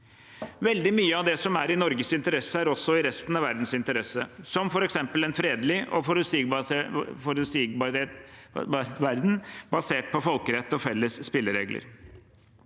Veldig mye av det som er i Norges interesse, er også i resten av verdens interesse, som f.eks. en fredelig og forutsigbar verden basert på folkerett og felles spilleregler.